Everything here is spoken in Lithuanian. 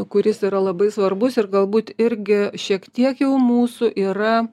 kuris yra labai svarbus ir galbūt irgi šiek tiek jau mūsų yra